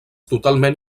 totalment